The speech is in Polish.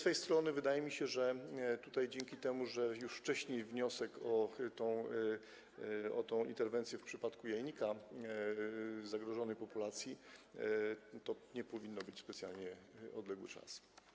Wydaje mi się, że tutaj dzięki temu, że już wcześniej był wniosek o interwencję w przypadku jajnika, zagrożonej populacji, to nie powinien być specjalnie odległy czas.